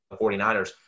49ers